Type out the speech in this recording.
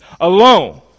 alone